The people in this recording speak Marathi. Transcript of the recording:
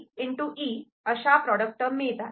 E अशा प्रॉडक्ट टर्म मिळतात